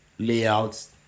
Layouts